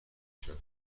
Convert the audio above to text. کرد